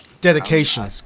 Dedication